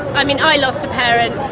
i mean, i lost a parent,